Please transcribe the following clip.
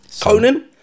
Conan